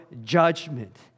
judgment